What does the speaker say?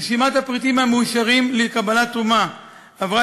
רשימת הפריטים המאושרים לקבלת תרומה עברה